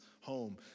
home